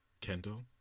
Kendall